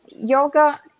Yoga